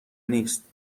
نیست